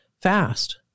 fast